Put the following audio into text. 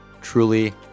truly